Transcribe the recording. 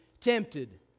tempted